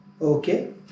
Okay